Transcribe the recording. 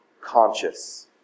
conscious